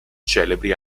celebri